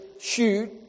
shoot